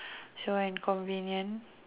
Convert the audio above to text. so and convenient